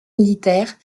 militaire